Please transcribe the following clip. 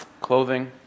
Clothing